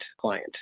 client